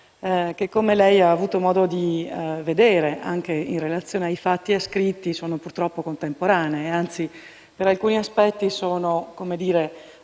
che, come lei ha avuto modo di vedere, anche in relazione ai fatti ascritti, sono purtroppo contemporanee; anzi, per alcuni aspetti sono una prima